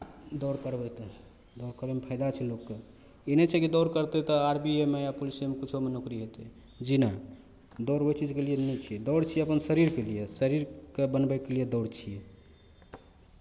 दौड़ करबै तऽ दौड़ करयमे फाइदा छै लोककेँ ई नहि छै जे दौड़ करतै तऽ आर्मीएमे या पुलिसेमे किछोमे नौकरी हेतै जी नहि दौड़ ओहि चीजके लिए नहि छै दौड़ छियै अपन शरीरके लिए शरीरकेँ बनबैके लिए दौड़ छियै